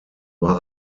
war